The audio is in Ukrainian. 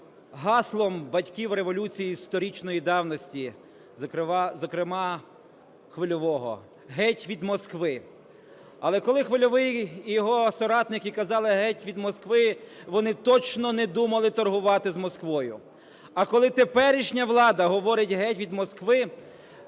гаслом батьків революції сторічної давності, зокрема, Хвильового: "Геть від Москви!". Але, коли Хвильовий і його соратники казали "Геть від Москви!", вони точно не думали торгувати з Москвою, а коли теперішня влада говорить "Геть від Москви!",